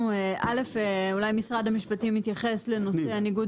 אולי משרד המשפטים יתייחס לנושא ניגוד